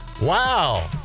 Wow